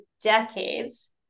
decades